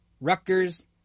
Rutgers